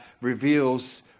reveals